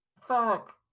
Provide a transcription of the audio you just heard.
Fuck